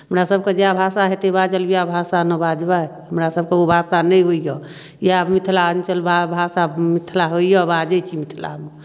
हमरासभके जएह भाषा हेतै बाजल उएह भाषा ने बजबै हमरासभके ओ भाषा नहि होइए इएह मिथिलाञ्चल भा भाषा मिथिला होइए बाजैत छी मिथिला